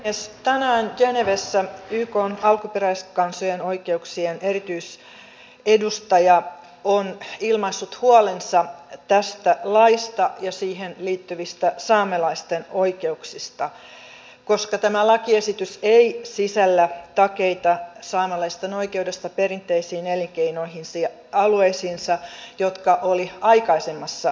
tänään genevessä ykn alkuperäiskansojen oikeuksien erityisedustaja on ilmaissut huolensa tästä laista ja siihen liittyvistä saamelaisten oikeuksista koska tämä lakiesitys ei sisällä takeita saamelaisten oikeudesta perinteisiin elinkeinoihinsa ja alueisiinsa jotka olivat aikaisemmassa lakiehdotuksessa